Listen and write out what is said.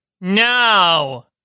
no